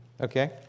Okay